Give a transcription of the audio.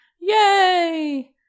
Yay